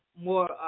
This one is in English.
more